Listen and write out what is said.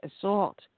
assault